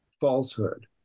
falsehood